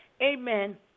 Amen